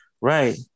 Right